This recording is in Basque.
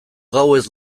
gauez